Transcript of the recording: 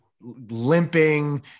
limping